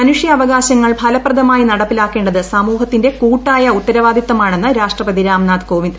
മനുഷ്യാവകാശങ്ങൾ ഫലപ്രദമായി നടപ്പിലാക്കേണ്ടത്സമൂഹത്തിന്റെകൂട്ടായഉത്തരവാദിത്തമാണെന്ന്രാഷ്ട്രപ തിരാംനാഥ്കോവിന്ദ്